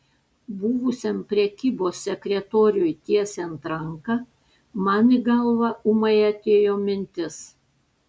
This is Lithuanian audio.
buvusiam prekybos sekretoriui tiesiant ranką man į galvą ūmai atėjo mintis